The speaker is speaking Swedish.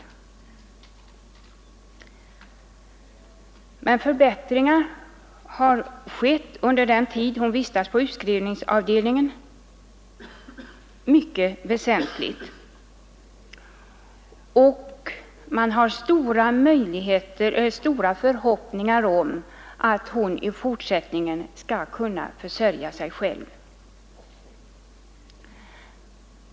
Men mycket väsentliga förbättringar har skett under den tid hon vistats på utskrivningsavdelningen. Man har stora förhoppningar om att hon i fortsättningen skall kunna försörja sig själv.